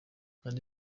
andi